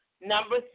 Number